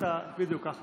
יהיה באותו גובה.